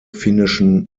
finnischen